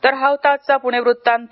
तर हा होता आजचा पुणे वृत्तांत